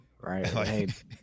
Right